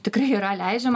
tikrai yra leidžiama